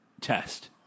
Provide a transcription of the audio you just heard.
Test